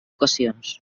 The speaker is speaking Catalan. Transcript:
ocasions